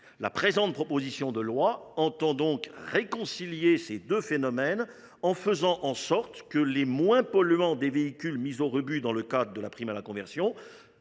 La présente proposition de loi entend donc réconcilier ces deux phénomènes, en faisant en sorte que les moins polluants des véhicules mis au rebut dans le cadre de la prime à la conversion